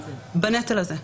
בנטל הזה.